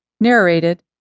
Narrated